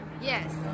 Yes